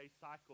cycle